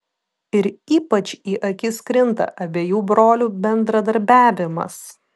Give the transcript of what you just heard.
ir ypač į akis krinta abiejų brolių bendradarbiavimas